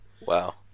Wow